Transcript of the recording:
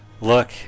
look